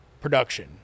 production